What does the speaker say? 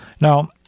Now